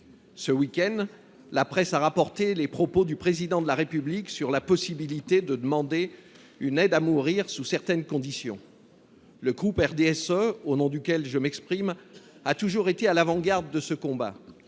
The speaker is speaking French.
Ce week end, la presse a rapporté les propos du Président de la République sur la possibilité de demander une aide à mourir sous certaines conditions. Le groupe RDSE, au nom duquel je m’exprime, a toujours été à l’avant garde de ce combat